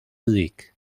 lick